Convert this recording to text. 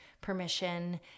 permission